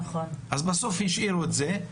בסוף השאירו את זה,